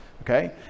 Okay